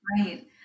right